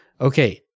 Okay